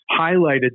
highlighted